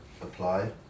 apply